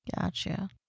Gotcha